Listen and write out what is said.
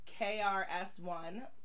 KRS-One